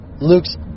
Luke's